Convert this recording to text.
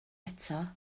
eto